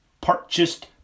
purchased